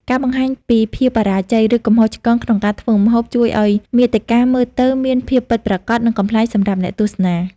ការបង្ហាញពីភាពបរាជ័យ ឬកំហុសឆ្គងក្នុងការធ្វើម្ហូប ជួយឱ្យមាតិកាមើលទៅមានភាពពិតប្រាកដ និងកំប្លែងសម្រាប់អ្នកទស្សនា។